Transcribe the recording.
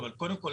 כמעט אוטומטית,